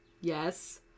yes